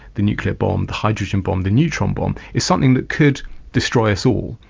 the nuclear bomb, the hydrogen bomb, the neutron bomb, is something that could destroy us all.